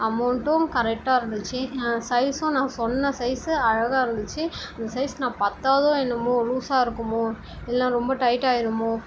அமௌண்ட்டும் கரெக்டாக இருந்துச்சு சைஸும் நான் சொன்ன சைஸ்ஸு அழகாக இருந்துச்சு அந்த சைஸ் நான் பத்தாதோ என்னமோ லூஸாக இருக்கும்மோ இல்லைன்னா ரொம்ப டைட்டாக ஆயிரும்மோ